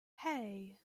hey